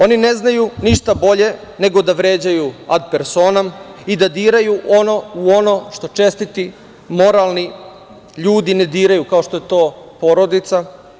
Oni ne znaju ništa bolje nego da vređaju at personom i da diraju u ono što čestiti, moralni ljudi ne diraju, ako što je to porodica.